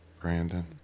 Brandon